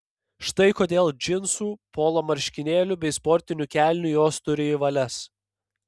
štai kodėl džinsų polo marškinėlių bei sportinių kelnių jos turi į valias